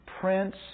Prince